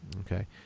Okay